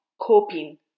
coping